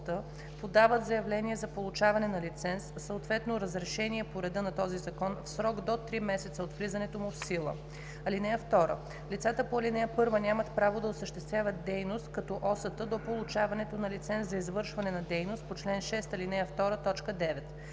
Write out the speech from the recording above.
подават заявление за получаване на лиценз, съответно разрешение по реда на този закон в срок до три месеца от влизането му в сила. (2) Лицата по ал. 1 нямат право да осъществяват дейност като OCT до получаването на лиценз за извършване на дейност по чл. 6, ал.